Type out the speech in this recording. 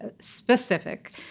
specific